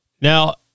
now